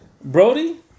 Brody